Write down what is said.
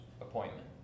appointment